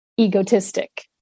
egotistic